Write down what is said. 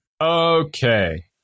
Okay